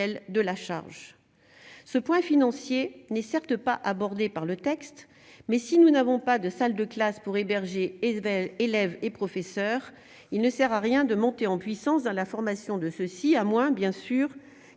de la charge ce point financier n'est certes pas abordé par le texte, mais si nous n'avons pas de salle de classe pour héberger et élèves et professeurs, il ne sert à rien de monter en puissance dans la formation de ceux-ci, à moins bien sûr